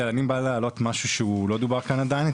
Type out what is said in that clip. אני בא להעלות משהו שהוא לא דובר כאן עדיין,